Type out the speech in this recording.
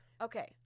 okay